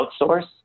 outsource